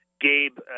Gabe